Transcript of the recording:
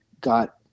got